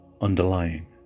underlying